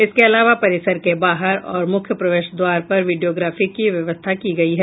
इसके अलावा परिसर के बाहर और मुख्य प्रवेश द्वार पर विडियोग्राफी की व्यवस्था की गयी है